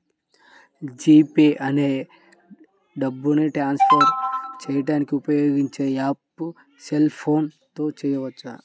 G Pay అనేది డబ్బుని transfer చేయడానికి ఉపయోగించే యాప్పు సెల్ ఫోన్ తో చేయవచ్చు